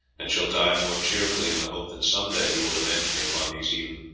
and shall die more cheerfully in the hope that some day you will avenge me upon these heathen.